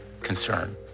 concern